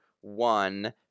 one